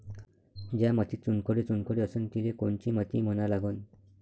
ज्या मातीत चुनखडे चुनखडे असन तिले कोनची माती म्हना लागन?